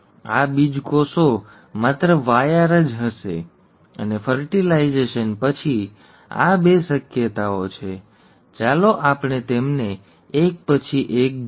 આ બીજકોષો માત્ર YR જ હશે અને ફર્ટિલાઇઝેશન પછી આ બે શક્યતાઓ છે ચાલો આપણે તેમને એક પછી એક જોઈએ